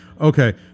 Okay